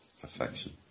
Perfection